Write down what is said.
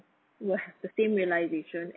will have the same realisation